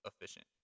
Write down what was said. efficient